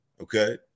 okay